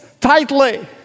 tightly